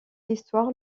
histoire